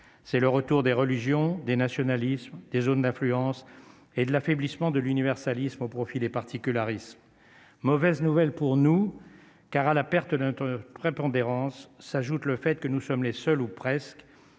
c'est le retour des religions, des nationalismes, des zones d'influence et de l'affaiblissement de l'universalisme au profit des particularismes, mauvaise nouvelle pour nous, car à la perte nette prépondérance s'ajoute le fait que nous sommes les seuls ou presque